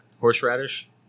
Horseradish